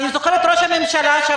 אני זוכרת את ראש הממשלה שם.